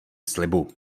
slibu